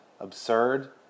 Absurd